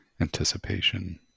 anticipation